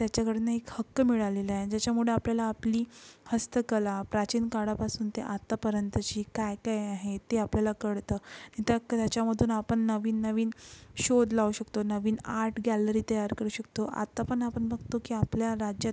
त्याच्याकडून एक हक्क मिळालेला आहे ज्याच्यामुळे आपल्याला आपली हस्तकला प्राचीन काळापासून ते आतापर्यंतची काय काय आहे ते आपल्याला कळतं त्याक् त्याच्यामधून आपण नवीन नवीन शोध लावू शकतो नवीन आर्ट गॅलरी तयार करू शकतो आता पण आपण बघतो की आपल्या राज्यात